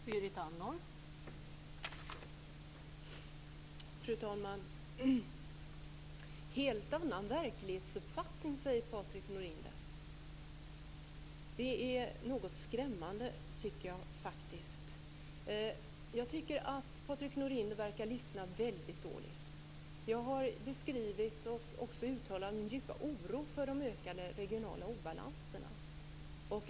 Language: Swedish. Fru talman! Patrik Norinder säger att jag verkar ha en helt annan verklighetsuppfattning. Det är skrämmande. Patrik Norinder verkar lyssna väldigt dåligt. Jag har beskrivit och uttalat min djupa oro för de ökade regionala obalanserna.